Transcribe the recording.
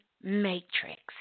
matrix